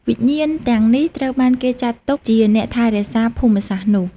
វិញ្ញាណទាំងនេះត្រូវបានគេចាត់ទុកជាអ្នកថែរក្សាភូមិសាស្ត្រនោះ។